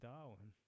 Darwin